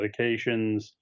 medications